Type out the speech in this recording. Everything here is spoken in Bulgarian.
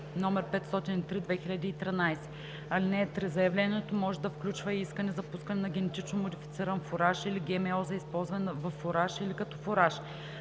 № 503/2013. (3) Заявлението може да включва и искане за пускане на генетично модифициран фураж или ГМО за използване във фураж или като фураж.